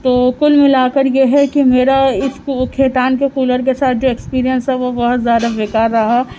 تو کُل مِلا کر یہ ہے کہ میرا اِس کھیتان کے کولر کے ساتھ جو ایکسپیرئنس ہے وہ بہت زیادہ بیکار رہا